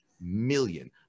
million